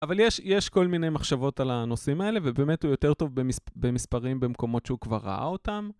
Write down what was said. אבל יש כל מיני מחשבות על הנושאים האלה ובאמת הוא יותר טוב במספרים במקומות שהוא כבר ראה אותם.